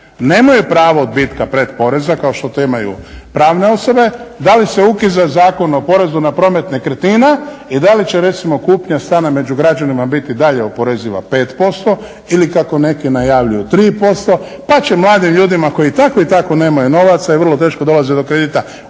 nemaju pravo odbitka predporeza kao što to imaju pravne osobe. Da li se ukida Zakon o porezu na promet nekretnina i da li će recimo kupnja stana među građanima biti i dalje oporeziva 5% ili kako neki najavljuju 3% pa će mladim ljudima koji i tako i tako nemaju novaca i vrlo teško dolaze do kredita